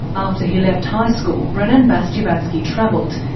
after he left high school, brennan bastyovansky travelled,